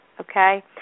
okay